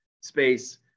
space